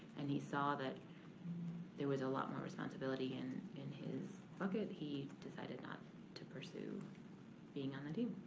and he saw that there was a lot more responsibility in in his bucket, he decided not to pursue being on the team.